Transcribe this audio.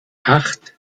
acht